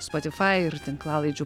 spotify ir tinklalaidžių